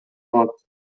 калат